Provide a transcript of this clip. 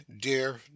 dear